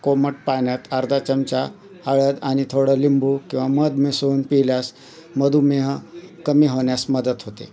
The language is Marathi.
कोमट पाण्यात अर्धा चमचा हळद आणि थोडं लिंबू किंवा मध मिसळून पिल्यास मधुमेह कमी होण्यास मदत होते